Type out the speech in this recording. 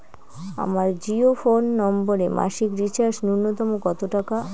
আমার জিও ফোন নম্বরে মাসিক রিচার্জ নূন্যতম কত টাকা?